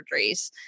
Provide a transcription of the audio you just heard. surgeries